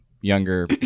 younger